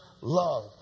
love